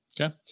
Okay